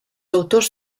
autors